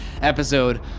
episode